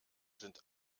sind